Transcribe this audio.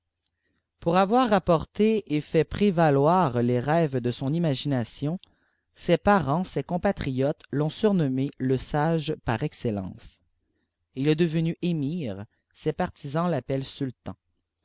pour avoir rapporté et fait prévaloir les rêyes de son imagination ses parents ses compatriotes l'ont surhomme le sage par excellence il est devenu émir ses partisans l'appellent